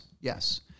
Yes